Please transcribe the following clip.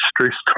stressed